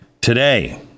Today